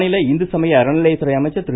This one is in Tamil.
மாநில இந்து சமய அறநிலையத்துறை அமைச்சர் திரு